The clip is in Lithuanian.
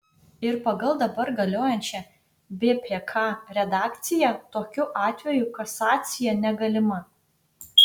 ir pagal dabar galiojančią bpk redakciją tokiu atveju kasacija negalima